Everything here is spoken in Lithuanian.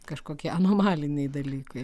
kažkokie anomaliniai dalykai